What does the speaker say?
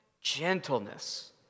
gentleness